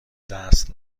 دست